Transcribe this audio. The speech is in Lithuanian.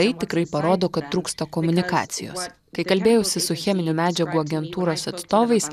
tai tikrai parodo kad trūksta komunikacijos kai kalbėjausi su cheminių medžiagų agentūros atstovais